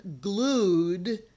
glued